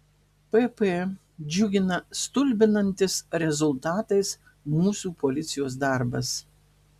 pp džiugina stulbinantis rezultatais mūsų policijos darbas